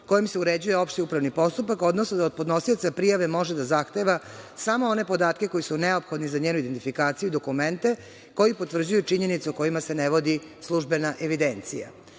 kojim se uređuje opšti upravni postupak, odnosno da od podnosioca prijave može da zahteva samo one podatke koji su neophodni za njenu identifikaciju i dokumente koji potvrđuju činjenice o kojima se ne vodi službena evidencija. Dakle,